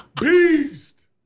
Beast